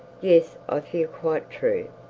yes, i fear quite true.